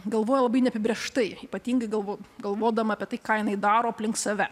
galvoja labai neapibrėžtai ypatingai gal galvodama apie tai ką jinai daro aplink save